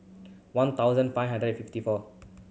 one thousand five hundred and fifty four